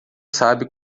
sabe